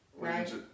right